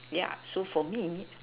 yeah so for me